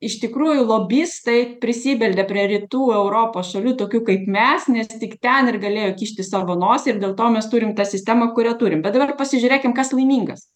iš tikrųjų lobistai prisibeldė prie rytų europos šalių tokių kaip mes nes tik ten ir galėjo kišti savo nosį ir dėl to mes turim tą sistemą kurią turi bet dabar pasižiūrėkim kas laimingas